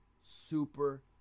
Super